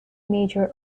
major